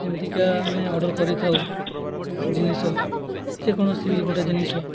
ଯେମିତିକା ଆମେ ଅର୍ଡ଼ର୍ କରିଥାଉ ଜିନିଷ ଯେକୌଣସି ବି ଗୋଟେ ଜିନିଷ